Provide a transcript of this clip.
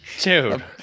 Dude